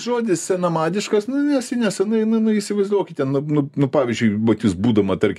žodis senamadiškas nes inesa na na na įsivaizduokite na nu nu pavyzdžiui vat jūs būdama tarkim